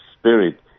spirit